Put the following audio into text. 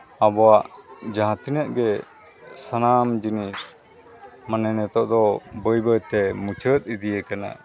ᱟᱵᱚᱣᱟᱜ ᱡᱟᱦᱟᱸ ᱛᱤᱱᱟᱹᱜ ᱜᱮ ᱥᱟᱱᱟᱢ ᱡᱤᱱᱤᱥ ᱢᱟᱱᱮ ᱱᱤᱛᱚᱜ ᱫᱚ ᱵᱟᱹᱭᱼᱵᱟᱹᱭᱛᱮ ᱢᱩᱪᱟᱹᱫ ᱤᱫᱤᱭᱟᱠᱟᱱᱟ